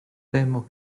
temo